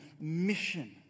mission